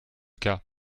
cas